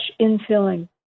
infilling